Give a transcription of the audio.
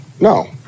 No